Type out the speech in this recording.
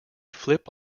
flip